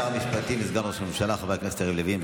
ישיב שר המשפטים וסגן ראש הממשלה חבר הכנסת יריב לוין,